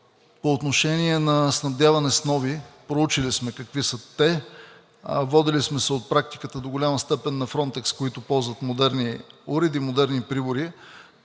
по отношение на снабдяване с нови, проучили сме какви са те. Водили сме се от практиката до голяма степен на „Фронтекс“, които ползват модерни уреди, модерни прибори,